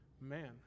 man